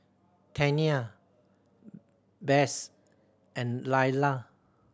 Tania Bess and Lyla